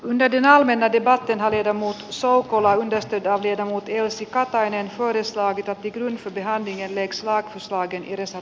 menneiden talvenakin varten halli ja muuta saukkola rastitalli tiesi katainen koristaa kotikylissä vihaamien vekslaa kaiken yhdessä